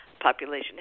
population